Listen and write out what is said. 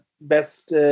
best